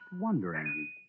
wondering